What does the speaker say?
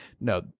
no